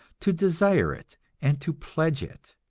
to desire it and to pledge it.